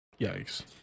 Yikes